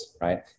right